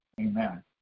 Amen